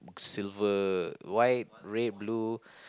silver white red blue